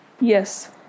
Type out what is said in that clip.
yes